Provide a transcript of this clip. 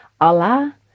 Allah